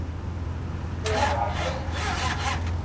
دیکھو آپ کے